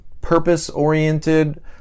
purpose-oriented